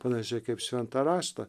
panašiai kaip šventą raštą